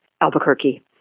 Albuquerque